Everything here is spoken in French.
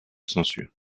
censure